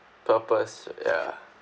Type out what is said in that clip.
purpose ya